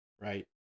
right